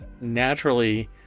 naturally